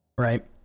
Right